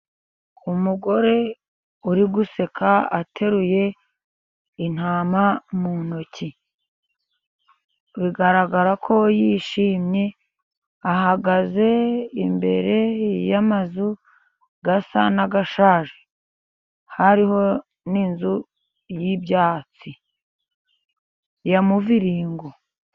Umugore uri guseka ateruye intama mu ntoki. Bigaragara ko yishimye, ahagaze imbere y'amazu asa n'ashaje. Hariho n'inzu y'ibyatsi, ya muviringo.